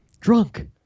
Drunk